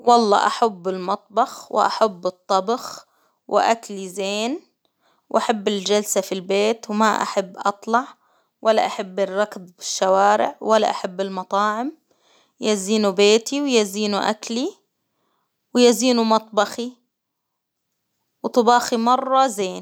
والله أحب المطبخ وأحب الطبخ ،وأكلي زين، وأحب الجلسة في البيت، وما أحب أطلع، ولا أحب الركب في الشوارع، ولا أحب المطاعم ، يا زينو بيتي، ويا زينو أكلي، ويا زينو مطبخي، و طباخي مرة زين.